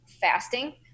fasting